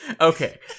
Okay